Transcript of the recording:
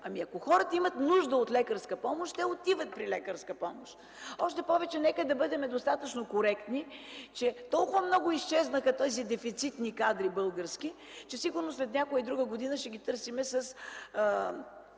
Ами, ако хората имат нужда от лекарска помощ, те отиват при лекар. Още повече нека да бъдем достатъчно коректни – толкова много изчезнаха тези дефицитни български кадри, че сигурно след някоя и друга година ще ги търсим с